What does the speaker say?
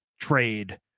trade